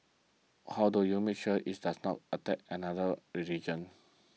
how do you make sure it does not attack another religion